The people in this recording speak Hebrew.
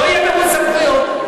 לא יהיה מירוץ סמכויות.